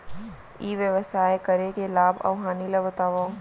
ई व्यवसाय करे के लाभ अऊ हानि ला बतावव?